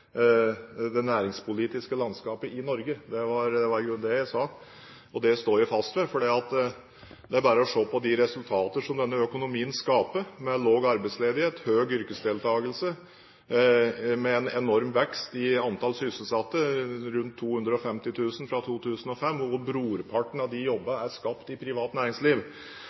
det næringspolitiske landskapet i Norge. Det var i grunnen det jeg sa, og det står jeg fast ved. Det er bare å se på de resultatene som denne økonomien skaper, med lav arbeidsledighet, høy yrkesdeltakelse og en enorm vekst i antall sysselsatte – rundt 250 000 fra 2005 – hvor brorparten av jobbene er skapt i privat næringsliv.